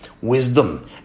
wisdom